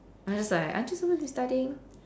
I'm just like aren't you supposed to be studying